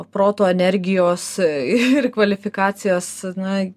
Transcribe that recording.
proto energijos ir kvalifikacijos na